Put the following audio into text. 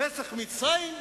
פסח מצרים,